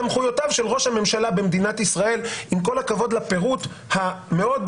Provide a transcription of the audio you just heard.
סמכויותיו של ראש הממשלה במדינת ישראל עם כל הכבוד לפירוט המאוד